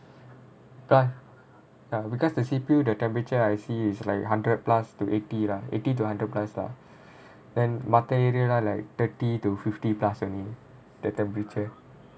dah uh because the C_P_U the temperature I see is like hundred plus to eighty lah eighty to hundred plus lah then மத்த:maththa leh லாம்:laam like thirty to fifty plus only the temperature